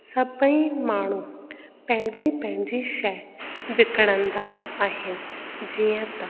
सभेई माण्हू पंहिंजी पंहिंजी शइ विकिणंदा आहिनि जीअं त